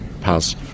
pass